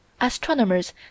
astronomers